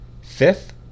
Fifth